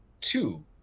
two